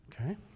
Okay